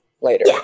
later